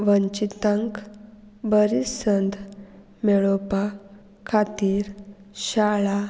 वंचितांक बरें संद मेळोवपा खातीर शाळा